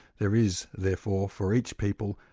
there is, therefore for each people,